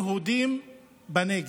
יהודיים בנגב.